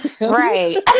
right